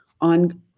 on